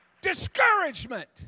Discouragement